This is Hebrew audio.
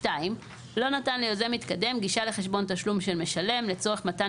לא נתן ליוזם מתקדם גישה לחשבון תשלום של משלם לצורך מתן